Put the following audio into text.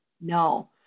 No